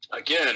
again